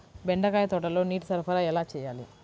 బెండకాయ తోటలో నీటి సరఫరా ఎలా చేయాలి?